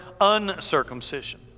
uncircumcision